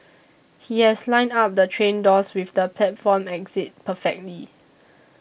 he has lined up the train doors with the platform exit perfectly